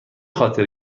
خاطر